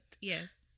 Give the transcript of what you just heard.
yes